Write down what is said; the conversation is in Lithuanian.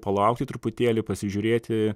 palaukti truputėlį pasižiūrėti